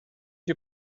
you